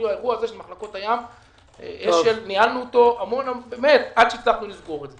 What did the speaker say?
האירוע הזה של מחלקות הים ניהלנו אותו עד שהצלחנו לסגור את זה.